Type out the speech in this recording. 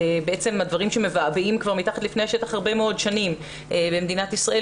הדברים שמבעבעים מתחת לפני השטח כבר הרבה מאוד שנים במדינת ישראל,